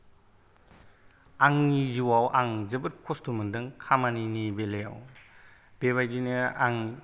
आंनि जिउआव आं जोबोद खस्थ' मोन्दों खामानिनि बेलायाव बेबायदिनो आं